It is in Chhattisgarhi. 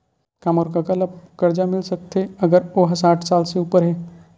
का मोर कका ला कर्जा मिल सकथे अगर ओ हा साठ साल से उपर हे?